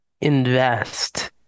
invest